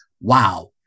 wow